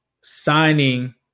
signing